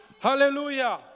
Hallelujah